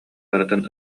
барытын